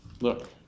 look